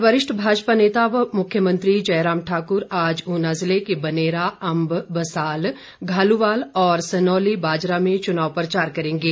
इधर वरिष्ठ भाजपा नेता व मुख्यमंत्री जयराम ठाकुर आज ऊना जिले के बनेरा अम्ब बसाल घालुवाल और सनौली बाजरा में चुनाव प्रचार करेंगें